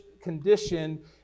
condition